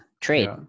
trade